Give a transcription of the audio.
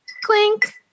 Clink